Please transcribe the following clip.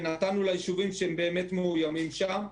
ונתנו אישורים שהם באמת מאוימים שם,